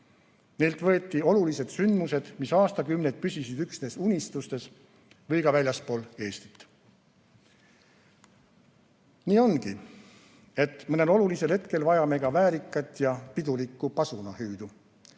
Neilt võeti olulised sümbolid, mis aastakümneid püsisid üksnes unistustes või ka väljaspool Eestit. Nii ongi, et mõnel olulisel hetkel vajame ka väärikat ja pidulikku pasunahüüdu,